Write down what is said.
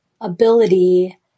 ability